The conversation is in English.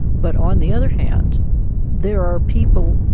but on the other hand there are people,